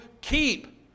keep